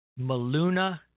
Maluna